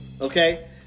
Okay